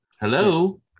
hello